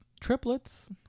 triplets